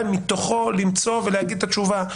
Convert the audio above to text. מתוכו, את יכולה למצוא ולהגיד את התשובה.